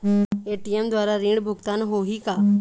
ATM द्वारा ऋण भुगतान होही का?